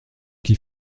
qui